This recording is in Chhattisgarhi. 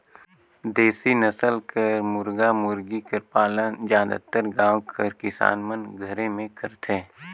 देसी नसल कर मुरगा मुरगी कर पालन जादातर गाँव कर किसान मन घरे में करथे